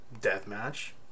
deathmatch